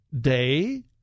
day